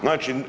Znači,